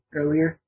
earlier